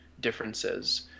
differences